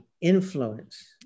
influence